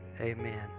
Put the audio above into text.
amen